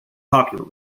popular